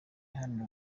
iharanira